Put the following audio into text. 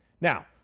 Now